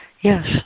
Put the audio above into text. yes